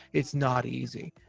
it's not easy.